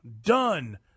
done